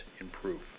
improve